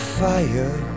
fire